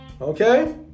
Okay